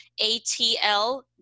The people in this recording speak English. ATL